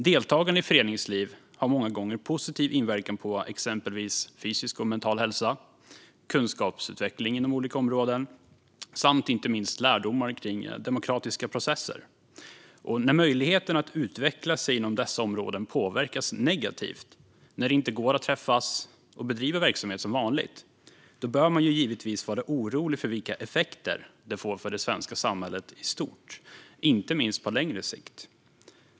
Deltagande i föreningsliv har många gånger en positiv inverkan på exempelvis fysisk och mental hälsa och kunskapsutveckling inom olika områden samt ger inte minst lärdomar kring demokratiska processer. När möjligheten att utveckla sig inom dessa områden påverkas negativt, när det inte går att träffas och bedriva verksamhet som vanligt, bör man givetvis vara orolig för vilka effekter det får för det svenska samhället i stort, inte minst på längre sikt.